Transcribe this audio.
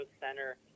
center